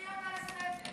אולי תקראי אותה לסדר.